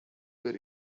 were